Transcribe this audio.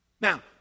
Now